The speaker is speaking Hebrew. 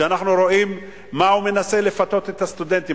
כשאנחנו רואים איך הוא מנסה לפתות את הסטודנטים,